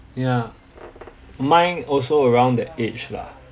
yeah mine also around that age lah